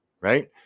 right